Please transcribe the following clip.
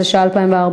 התשע"ה 2014,